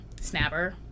snapper